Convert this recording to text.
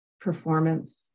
performance